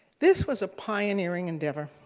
this was a pioneering endeavor.